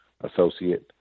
associate